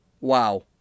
Wow